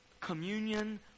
communion